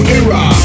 era